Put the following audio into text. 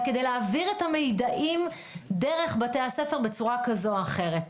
כדי להעביר את המידעים דרך בתי הספר בצורה כזו או אחרת.